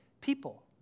people